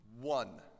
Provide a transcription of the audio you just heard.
One